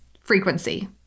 frequency